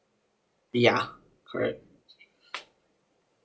ya correct